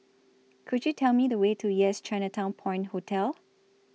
Could YOU Tell Me The Way to Yes Chinatown Point Hotel